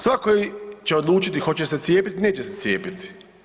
Svako će odlučiti hoće se cijepit, neće se cijepiti.